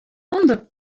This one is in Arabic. انظر